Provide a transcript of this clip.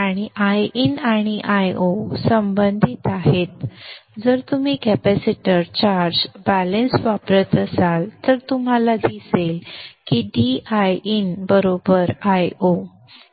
आणि Iin आणि Io संबंधित आहेत जर तुम्ही कॅपेसिटर चार्ज संदर्भ वेळ 0854 बॅलेन्स वापरत असाल तर तुम्हाला दिसेल की d Iin Io